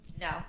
No